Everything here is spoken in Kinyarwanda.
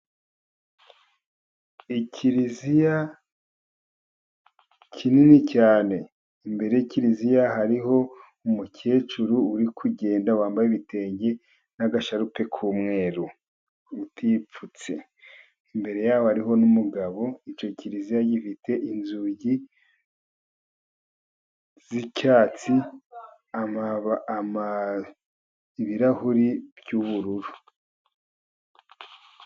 Ikiliziya kinini cyane, imbere y'ikiliziya hariho umukecuru uri kugenda wambaye ibitenge n'agasharupe k'umweru, utipfutse. Imbere yabo hariho n'umugabo. Icyo kiliziya gifite inzugi z'icyatsi, ibirahuri by'ubururu.